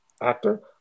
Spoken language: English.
actor